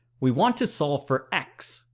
we want to solve for x